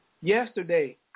yesterday